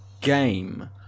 game